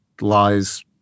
lies